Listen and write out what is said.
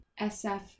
SF